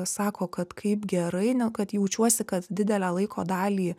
sako kad kaip gerai kad jaučiuosi kad didelę laiko dalį